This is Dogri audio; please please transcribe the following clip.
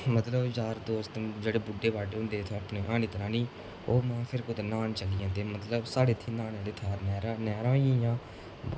मतलब यार दोस्त जेह्ड़े बुड्ढे बाड्ढे होंदे ऐ अपने हानी त्रानी ओह् जां फिर कुतै न्हान चली जंदे न मतलब साढ़े इत्थें न्हान आह्ले थाह्र नैह्रा नैह्रा होई गेइयां